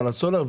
על הסולר,